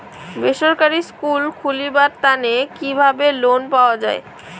বেসরকারি স্কুল খুলিবার তানে কিভাবে লোন পাওয়া যায়?